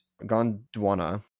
Gondwana